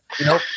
No